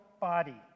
body